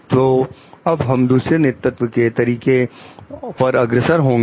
तो अब हम दूसरे नेतृत्व के तरीके पर अग्रसर होंगे